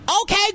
Okay